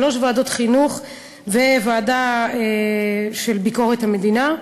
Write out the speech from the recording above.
שלוש ישיבות של ועדת החינוך וישיבה של הוועדה לביקורת המדינה,